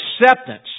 acceptance